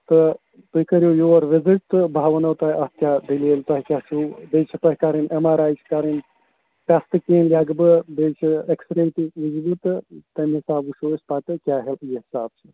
تہٕ تُہۍ کٔرِو یور وِزِٹ تہٕ بہٕ ہاونو تۄہہِ اَتھ کیٛاہ دٔلیٖل تۄہہِ کیٛاہ چھُو بیٚیہِ چھِ تۄہہِ کَرٕنۍ ایم آر آی چھِ کَرٕنۍ ٹٮ۪سٹہٕ کیٚنٛہہ لیکھٕ بہٕ بیٚیہِ چھِ ایٚکٕس ریٚے تہِ وُچھٕ بہٕ تہٕ تَمہِ حِسابہٕ وُچھو أسۍ پَتہٕ کیٛاہ ہیٚکہِ یہِ حِساب